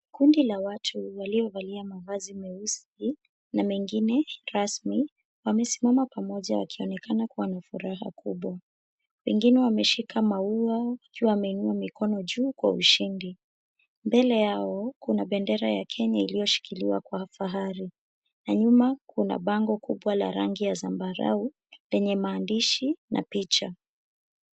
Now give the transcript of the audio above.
Kundi la watu waliovalia mavazi meusi na mengine rasmi wamesimama pamoja wakionekana kuwa na furaha kubwa. Wengine wameshika maua wakiwa wameinua mikono juu kwa ushindi. Mbele yao kuna bendera ya Kenya iliyoshikiliwa kwa fahari na nyuma kuna bango kubwa la rangi ya zambarau lenye maandishi na picha.